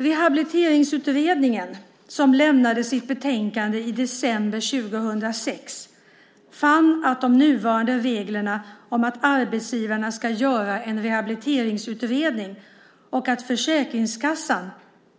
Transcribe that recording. Rehabiliteringsutredningen - som lämnade sitt betänkande i december 2006 - fann att de nuvarande reglerna om att arbetsgivaren ska göra en rehabiliteringsutredning och att Försäkringskassan